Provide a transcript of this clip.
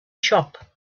shop